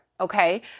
Okay